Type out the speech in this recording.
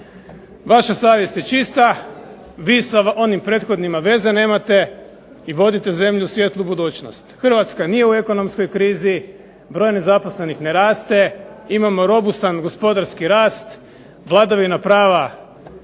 Vaša savjest je čista, vi sa onim prethodnima veze nemate i vodite zemlju u svijetlu budućnost. Hrvatska nije u ekonomskoj krizi, broj nezaposlenih ne raste, imamo robustan gospodarski rast, vladavina prava